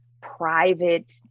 private